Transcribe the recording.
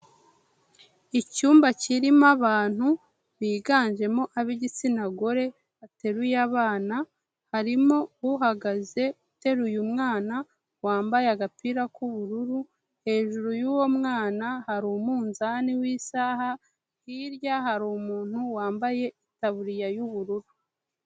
Icyumba kirimo abantu biganjemo ab'igitsina gore bateruye abana harimo uhagaze uteruye mwana wambaye agapira k'ubururu, hejuru y'uwo mwana hari umunzani w'isaha hirya hari umuntu wambaye itaburiya y'ubururu.